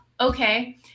Okay